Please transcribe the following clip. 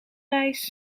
reis